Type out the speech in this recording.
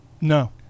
No